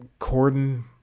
Corden